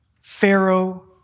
Pharaoh